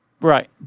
Right